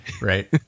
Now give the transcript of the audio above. Right